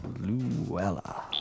Luella